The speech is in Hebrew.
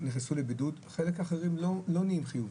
נכנסו לבידוד, וחלק אחר לא חיובי.